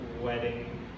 wedding